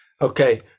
Okay